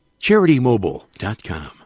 CharityMobile.com